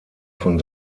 von